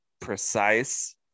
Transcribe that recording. precise